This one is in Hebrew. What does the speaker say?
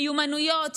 מיומנויות,